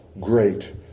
great